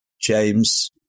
James